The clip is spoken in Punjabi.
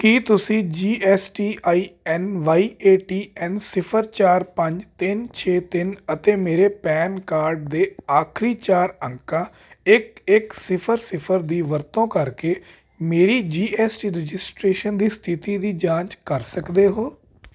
ਕੀ ਤੁਸੀਂ G S T I N Y A T N ਸਿਫਰ ਚਾਰ ਪੰਜ ਤਿੰਨ ਛੇ ਤਿੰਨ ਅਤੇ ਮੇਰੇ ਪੈਨ ਕਾਰਡ ਦੇ ਆਖਰੀ ਚਾਰ ਅੰਕਾਂ ਇੱਕ ਇੱਕ ਸਿਫਰ ਸਿਫਰ ਦੀ ਵਰਤੋਂ ਕਰਕੇ ਮੇਰੀ ਜੀ ਐੱਸ ਟੀ ਰਜਿਸਟ੍ਰੇਸ਼ਨ ਦੀ ਸਥਿਤੀ ਦੀ ਜਾਂਚ ਕਰ ਸਕਦੇ ਹੋ